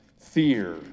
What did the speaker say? fear